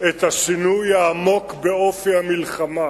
את השינוי העמוק באופי המלחמה.